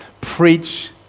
preach